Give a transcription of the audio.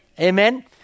Amen